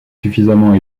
suffisamment